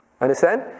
Understand